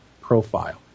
profile